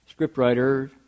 scriptwriter